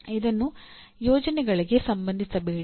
ಇದನ್ನು ಯೋಜನೆಗಳಿಗೆ ಸಂಬಂಧಿಸಬೇಡಿ